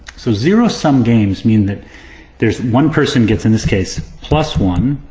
so zero sum games mean that there's one person gets in this case, plus one,